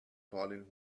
fallen